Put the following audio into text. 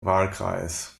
wahlkreis